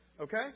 Okay